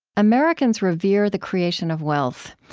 americans revere the creation of wealth.